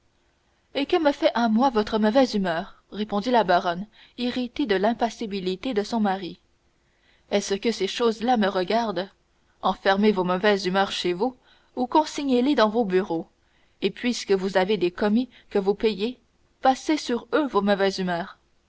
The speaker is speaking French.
et que me fait à moi votre mauvaise humeur répondit la baronne irritée de l'impassibilité de son mari est-ce que ces choses-là me regardent enfermez vos mauvaises humeurs chez vous ou consignez les dans vos bureaux et puisque vous avez des commis que vous payez passez sur eux vos mauvaises humeurs